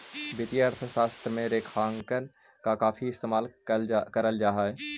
वित्तीय अर्थशास्त्र में रेखांकन का काफी इस्तेमाल करल जा हई